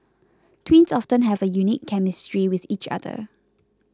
twins often have a unique chemistry with each other